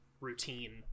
routine